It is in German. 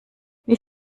wie